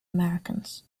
americans